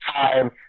time